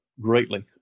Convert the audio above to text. greatly